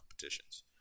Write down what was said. competitions